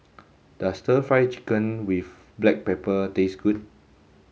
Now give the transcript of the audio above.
does stir fried chicken with black pepper taste good